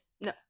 No